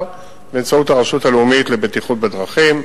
באמצעות הרשות הלאומית לבטיחות בדרכים.